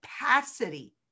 capacity